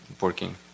working